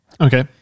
Okay